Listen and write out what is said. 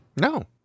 No